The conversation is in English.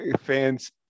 fans